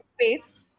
space